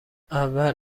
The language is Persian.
اول